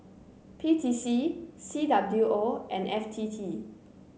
P T C C W O and F T T